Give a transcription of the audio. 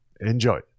enjoy